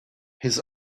his